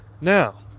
Now